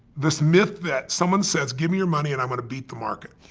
this myth that someone says, give me your money and i'm gonna beat the market.